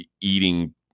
eating